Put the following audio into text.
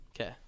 Okay